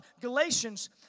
Galatians